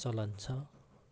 चलन छ